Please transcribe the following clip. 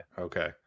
Okay